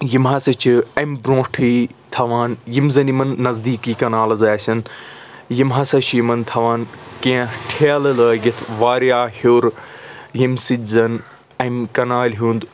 یم ہَسا چھِ اَمہِ برٛونٛٹھٕے تھاوان یم زن یمن نٔزدیٖکھے کنالٕز آسن یم ہَسا چھِ یمن تھاوان کیٚنٛہہ ٹھیٚلہٕ لٲگِتھ واریاہ ہیوٚر ییٚمہِ سۭتۍ زَن اَمہِ کنالہِ ہُنٛد